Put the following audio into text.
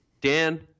Dan